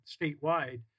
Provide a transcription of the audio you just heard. statewide